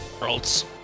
worlds